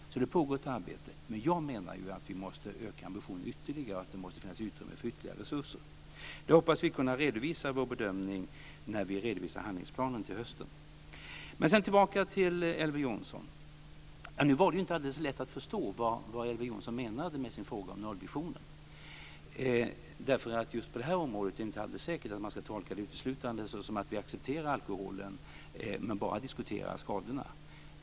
Det pågår alltså ett arbete. Men jag menar att vi måste öka ambitionen ytterligare och att det måste finnas utrymme för ytterligare resurser. Det hoppas vi kunna redovisa i vår bedömning när vi redovisar handlingsplanen till hösten. Nu går jag tillbaka till Elver Jonsson. Det var inte alldeles lätt att förstå vad han menade med sin fråga om nollvisionen. Just på det här området är det ju inte alldeles säkert att man ska tolka det uteslutande som att vi accepterar alkoholen, men bara diskuterar skadorna.